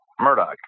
Murdoch